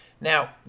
now